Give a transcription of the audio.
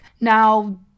now